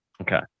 Okay